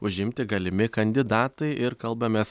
užimti galimi kandidatai ir kalbamės